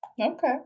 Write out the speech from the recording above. okay